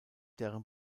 deren